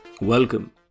Welcome